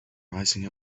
rising